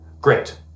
great